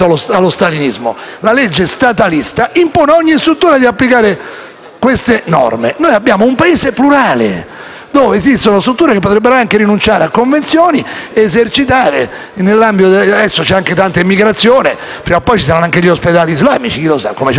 queste norme. Noi abbiamo un Paese plurale dove esistono strutture che potrebbero anche rinunciare a convenzioni. Adesso c'è anche tanta immigrazione, quindi prima o poi ci saranno anche gli ospedali islamici, chi lo sa? Come c'è l'ospedale cattolico e quello israelitico, quindi perché escluderlo?